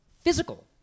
physical